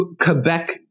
Quebec